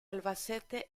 albacete